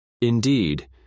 Indeed